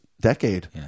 decade